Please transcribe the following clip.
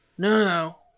no,